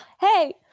Hey